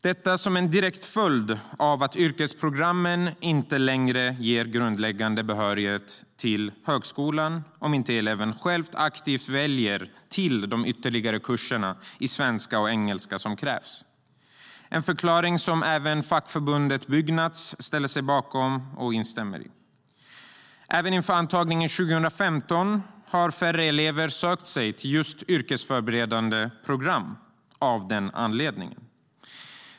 Detta är en direkt följd av att yrkesprogrammen inte längre ger grundläggande behörighet till högskolan om inte eleven själv aktivt väljer till de ytterligare kurser i svenska och engelska som krävs. Även fackförbundet Byggnads instämmer i den förklaringen. Även inför antagningen 2015 har färre elever sökt sig till yrkesförberedande program av denna anledning.